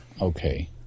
okay